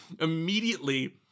immediately